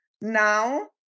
now